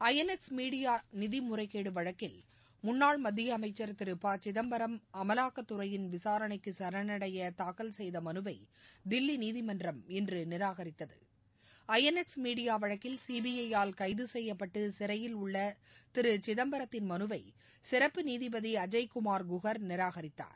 ஐ N X media நிதி முறைகேடு வழக்கில் முன்னாள் மத்திய அமைச்சர் திரு ப சிதம்பரம் அமலாக்கத்துறையின் விசாரணைக்கு சரணடைய தாக்கல் செய்த மனுவை தில்வி நீதிமன்றம் இன்று நிராகரித்தது ஐ என் எக்ஸ் மீடியா வழக்கில் சிபிஐ யால் கைது செய்யப்பட்டு சிறையில் உள்ள திரு சிதம்பரத்தின் மனுவை சிறப்பு நீதிபதி அஜய்குமார் குஹார் நிராகரித்தார்